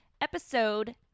episode